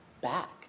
back